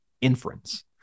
inference